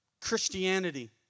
Christianity